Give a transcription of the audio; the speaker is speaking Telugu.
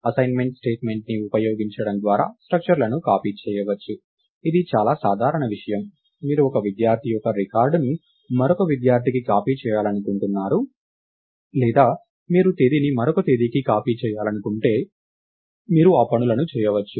అసైన్మెంట్ స్టేట్మెంట్ని ఉపయోగించడం ద్వారా స్ట్రక్చర్లను కాపీ చేయవచ్చు ఇది చాలా సాధారణ విషయం మీరు ఒక విద్యార్థి యొక్క రికార్డును మరొక విద్యార్థికి కాపీ చేయాలనుకుంటున్నారు లేదా మీరు తేదీని మరొక తేదీకి కాపీ చేయాలనుకుంటే మీరు ఆ పనులను చేయవచ్చు